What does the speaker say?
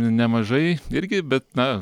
nemažai irgi bet na